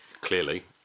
Clearly